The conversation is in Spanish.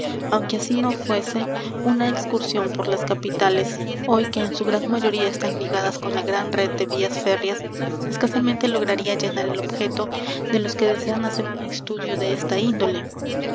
aunque así no fuese una excursión por las capitales hoy que en su gran mayoría están ligadas con la gran red de vías férreas escasamente lograría llenar el objeto de los que desean hacer un estudio de esta índole